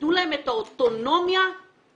ותנו להן את האוטונומיה לעשות.